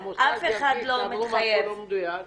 --- המוסד ירגיש שאמרו משהו לא מדויק,